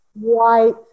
white